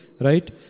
right